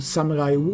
Samurai